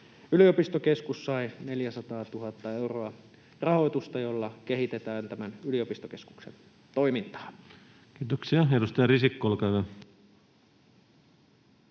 yliopistokeskus sai 400 000 euroa rahoitusta, jolla kehitetään tämän yliopistokeskuksen toimintaa. [Speech 195] Speaker: